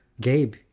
Gabe